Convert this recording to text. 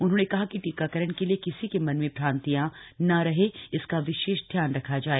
उन्होंने कहा कि टीकाकरण के लिए किसी के मन में भ्रांतियां न रहे इसका विशेष ध्यान रखा जाए